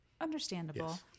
Understandable